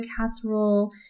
casserole